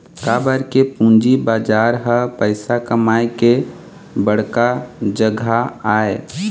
काबर के पूंजी बजार ह पइसा कमाए के बड़का जघा आय